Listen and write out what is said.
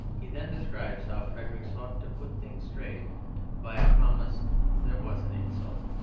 he then describes how frederick sought to put things straight by a promise that was an insult.